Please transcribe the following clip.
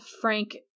Frank